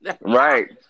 right